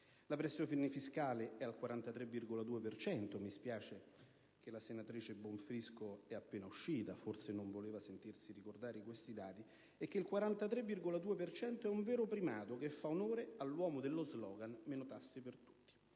La pressione fiscale è al 43,2 per cento - mi spiace che la senatrice Bonfrisco sia appena uscita: forse non voleva sentirsi ricordare questi dati - un vero primato, che fa onore all'uomo dello slogan «meno tasse per tutti»,